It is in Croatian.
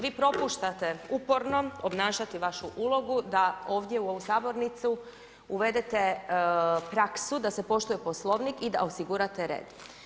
Vi propuštate uporno obnašati vašu ulogu da ovdje u ovoj sabornici uvedete praksu da se poštuje poslovnik i da osigurate red.